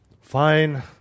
Fine